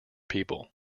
people